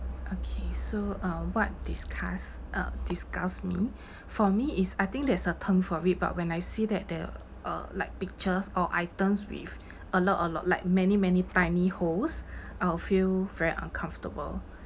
okay so uh what discuss uh disgusts me for me is I think there's a term for it but when I see that there're uh like pictures or items with a lot a lot like many many tiny holes I'll feel very uncomfortable